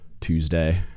Tuesday